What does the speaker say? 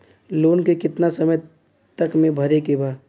Loan के कितना समय तक मे भरे के बा?